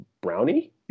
Brownie